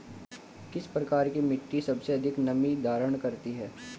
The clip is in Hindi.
किस प्रकार की मिट्टी सबसे अधिक नमी धारण कर सकती है?